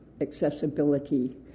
accessibility